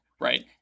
right